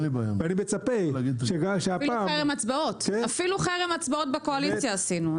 ואני מצפה שהפעם --- אפילו חרם הצבעות בקואליציה עשינו,